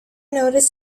noticed